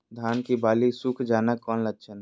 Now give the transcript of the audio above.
धान की बाली सुख जाना कौन लक्षण हैं?